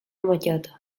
maqueta